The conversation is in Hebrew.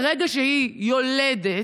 ברגע שהיא יולדת,